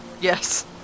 Yes